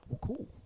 cool